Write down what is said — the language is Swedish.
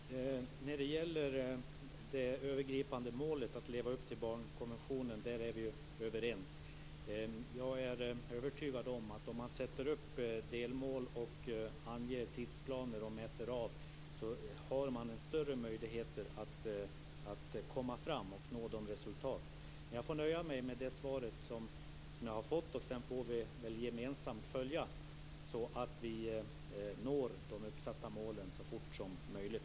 Fru talman! När det gäller det övergripande målet att leva upp till barnkonventionen är vi överens. Jag är övertygad om, att om man sätter upp delmål, anger tidsplaner, mäter och prickar av har man större möjligheter att nå resultat. Men jag får nöja mig med det svar som jag har fått, och så får vi väl gemensamt följa utvecklingen, så att vi når de uppsatta målen så fort som möjligt.